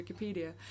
Wikipedia